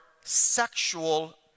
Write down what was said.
sexual